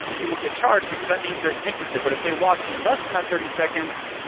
you will get charged because that means they're interested. but if they watch less than that thirty seconds,